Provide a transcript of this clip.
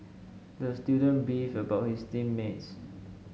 the student beefed about his team mates